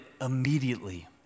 immediately